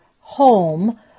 home